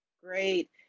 Great